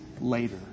later